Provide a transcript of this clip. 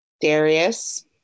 darius